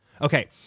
Okay